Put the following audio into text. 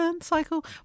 Cycle